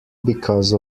because